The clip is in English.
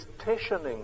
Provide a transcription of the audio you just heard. stationing